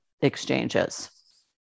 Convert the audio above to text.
exchanges